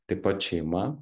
taip pat šeima